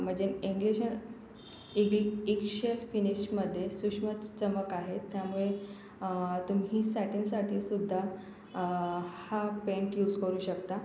म्हणजे एंगेशल एगशेल फिनिशमध्ये चमक आहे त्यामुळे तुम्ही सॅटिनसाठी सुद्धा हा पेंट यूज करू शकता